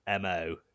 MO